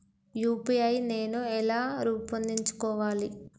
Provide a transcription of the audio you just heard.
UPI నేను ఎలా రూపొందించుకోవాలి?